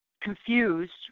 confused